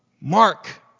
mark